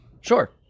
Sure